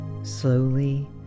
Slowly